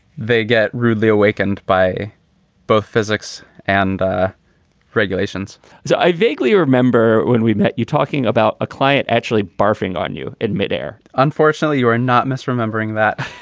they get rudely awakened by both physics and ah regulations so i vaguely remember when we met you talking about a client actually barfing on you admit air unfortunately, you are not misremembering that.